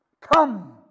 come